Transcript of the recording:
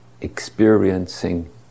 experiencing